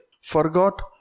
Forgot